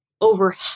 over